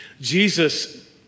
Jesus